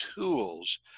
tools